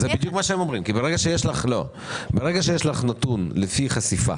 זה בדיוק מה שהם אומרים כי ברגע שיש לך נתון לפי חשיפה,